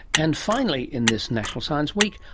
and finally in this national science week,